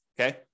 okay